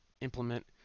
implement